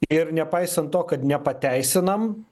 ir nepaisant to kad nepateisinam